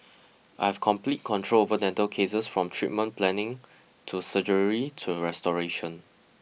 I have complete control over dental cases from treatment planning to surgery to restoration